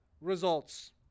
results